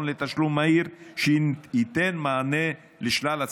לתשלום מהיר שייתן מענה על שלל הצרכים.